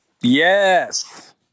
Yes